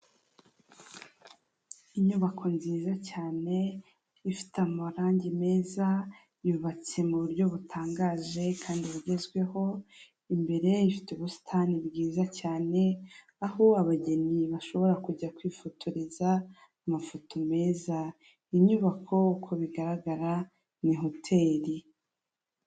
Inyubako nziza cyane ifite amarangi meza yubatse mu buryo butangaje kandi bugezweho, imbere ifite ubusitani bwiza cyane aho abageni bashobora kujya kwifotoreza amafoto meza, inyubako uko bigaragara ni hoteri.